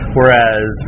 Whereas